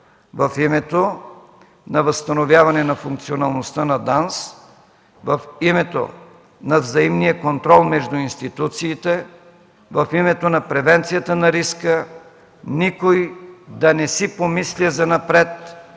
в името на възстановяване на функционалността на ДАНС, в името на взаимния контрол между институциите, в името на превенцията на риска никой да не си помисля занапред